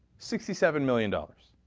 sixty seven million dollars